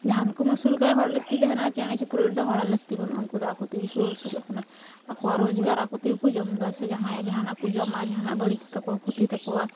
ᱡᱟᱦᱟᱱᱠᱚᱢ ᱟᱹᱥᱩᱞᱠᱟᱭᱟ ᱦᱚᱲ ᱞᱟᱹᱠᱛᱤᱜ ᱛᱮᱦᱮᱱᱟ ᱪᱮᱬᱮᱪᱤᱯᱨᱩᱫ ᱨᱮᱫᱚ ᱦᱚᱲᱟᱜ ᱞᱟᱹᱠᱛᱤ ᱵᱟᱹᱱᱩᱜᱼᱟ ᱩᱝᱠᱚᱫᱚ ᱟᱠᱚᱛᱮᱜᱮᱠᱚ ᱟᱹᱥᱩᱞᱚᱜ ᱠᱟᱱᱟ ᱟᱠᱚᱣᱟᱜ ᱨᱳᱡᱽᱜᱟᱨ ᱟᱠᱚᱛᱮᱜᱮᱠᱚ ᱡᱚᱢᱮᱫᱟ ᱥᱮ ᱡᱟᱭᱟᱸᱭᱟᱜ ᱡᱟᱦᱟᱱᱟᱜ ᱠᱚ ᱡᱚᱢᱟ ᱡᱟᱦᱟᱱᱟᱜ ᱵᱟᱹᱲᱤᱡ ᱛᱟᱠᱚᱣᱟᱠᱚ ᱠᱷᱚᱛᱤᱭ ᱛᱟᱠᱚᱣᱟ